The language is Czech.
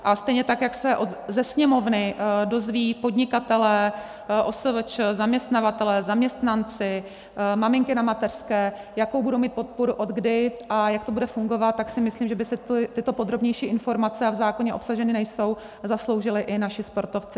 A stejně tak, jak se ze Sněmovny dozvědí podnikatelé, OSVČ, zaměstnavatelé, zaměstnanci, maminky na mateřské, jakou budou mít podporu, odkdy a jak to bude fungovat, tak si myslím, že by si tyto podrobnější informace, a v zákoně obsaženy nejsou, zasloužili i naši sportovci.